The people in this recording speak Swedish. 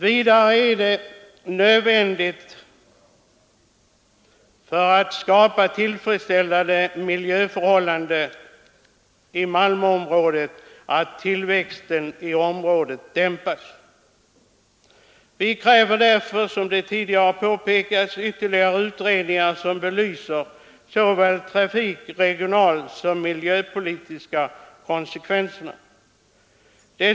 Vidare är det nödvändigt, för att skapa tillfredsställande miljöförhållanden i Malmöområdet, att tillväxten i området dämpas. Vi kräver därför, som tidigare påpekats, ytterligare utredningar som belyser såväl trafikoch regionalsom miljöpolitiska konsekvenser.